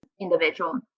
individual